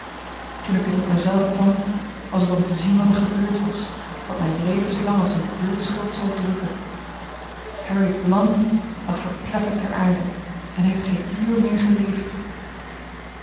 toen ik weer tot mij zelve kwam was het om te zien wat er gebeurd was wat mij levenslang als eene bloedschuld zal drukken harry blount lag verpletterd ter aarde en heeft geen uur meer geleefd